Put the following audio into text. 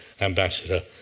ambassador